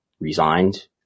resigned